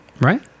Right